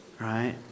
Right